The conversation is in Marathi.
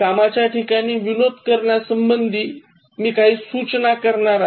कामाच्याठिकाणी विनोद करण्यासंबंधी मी काही सूचना करणार आहे